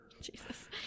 Jesus